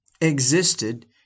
existed